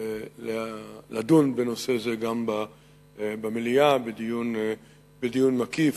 לדון בנושא זה גם במליאה בדיון מקיף,